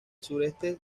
sureste